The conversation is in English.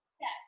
yes